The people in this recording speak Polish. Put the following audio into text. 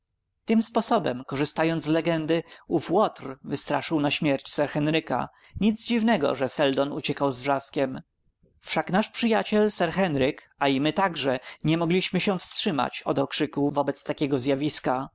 tym sposobem korzystając z legendy ów łotr wystraszył na śmierć sir karola nic dziwnego że seldon uciekał z wrzaskiem wszak nasz przyjaciel sir henryk a i my także nie mogliśmy się wstrzymać od okrzyku wobec takiego zjawiska